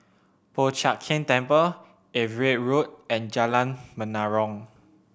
Po Chiak Keng Temple Everitt Road and Jalan Menarong